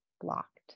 blocked